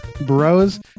Bros